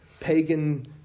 pagan